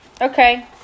okay